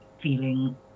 feeling